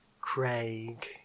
Craig